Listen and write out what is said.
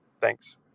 Thanks